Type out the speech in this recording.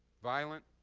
violent,